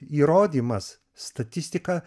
įrodymas statistika